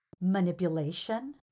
Manipulation